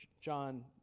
John